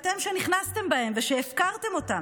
אתם שנכנסתם בהם והפקרתם אותם.